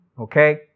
okay